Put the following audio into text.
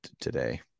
today